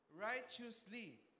righteously